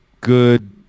Good –